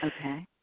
Okay